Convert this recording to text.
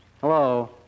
Hello